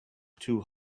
two